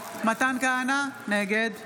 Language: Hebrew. נגד מתן כהנא, נגד